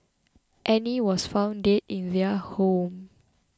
Annie was found dead in their home